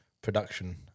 Production